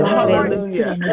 Hallelujah